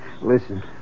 Listen